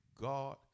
God